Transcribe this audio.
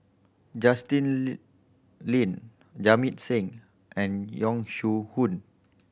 Justin Lean Jamit Singh and Yong Shu Hoong